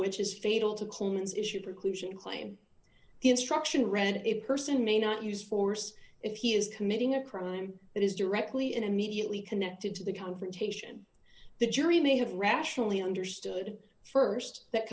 which is fatal to clemens issue preclusion claim instruction read a person may not use force if he is committing a crime that is directly and immediately connected to the confrontation the jury may have rationally understood st that